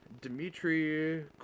Dmitry